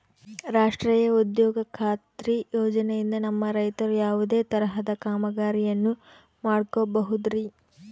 ರಾಷ್ಟ್ರೇಯ ಉದ್ಯೋಗ ಖಾತ್ರಿ ಯೋಜನೆಯಿಂದ ನಮ್ಮ ರೈತರು ಯಾವುದೇ ತರಹದ ಕಾಮಗಾರಿಯನ್ನು ಮಾಡ್ಕೋಬಹುದ್ರಿ?